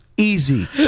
Easy